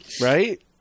right